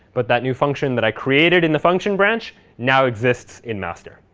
but that new function that i created in the function branch now exists in master.